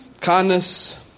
Kindness